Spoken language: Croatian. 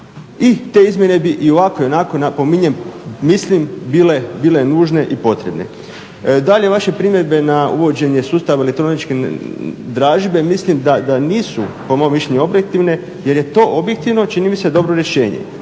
te izmjene bi i ovako i onako napominjem mislim bile nužne i potrebne. Dalje, vaše primjedbe na uvođenje sustava elektroničke dražbe mislim da nisu po mom mišljenju objektivne jer je to objektivno čini mi se dobro rješenje.